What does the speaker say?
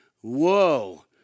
Whoa